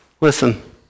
Listen